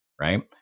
right